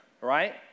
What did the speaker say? Right